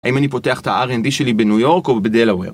האם אני פותח את ה-R&D שלי בניו יורק או בדלאוור?